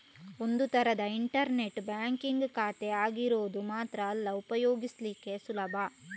ಒಂದು ತರದ internet banking ಖಾತೆ ಆಗಿರೋದು ಮಾತ್ರ ಅಲ್ಲ ಉಪಯೋಗಿಸ್ಲಿಕ್ಕೆ ಸುಲಭ